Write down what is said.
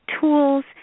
tools